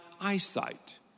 eyesight